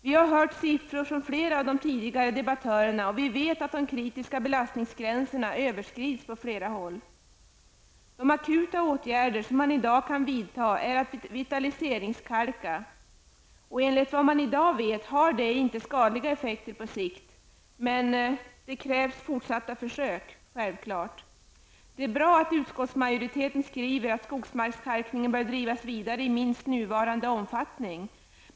Vi har hört siffror från flera av de tidigare debattörerna, och vi vet att de kritiska belastningsgränserna överskrids på flera håll. Den akuta åtgärd som man i dag kan vidta är att vitaliseringskalka. Enligt vad man vet i dag har detta inte skadliga effekter på sikt, men det krävs självfallet fortsatta försök. Det är bra att utskottsmajoriteten skriver att skogsmarkskalkningen bör drivas vidare i minst nuvarande omfattning.